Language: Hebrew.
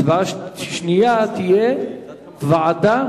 הצבעה שנייה תהיה ועדה